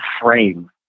frame